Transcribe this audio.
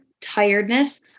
tiredness